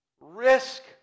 risk